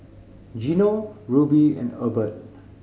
Gino Ruby and Ebert